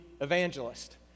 evangelist